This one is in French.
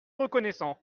reconnaissant